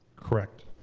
correct.